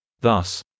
Thus